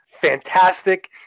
fantastic